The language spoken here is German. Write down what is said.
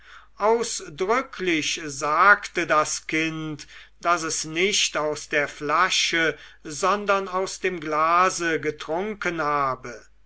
ausdrücklich sagte das kind daß es nicht aus der flasche sondern aus dem glase getrunken habe